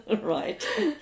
Right